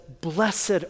blessed